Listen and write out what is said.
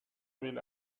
will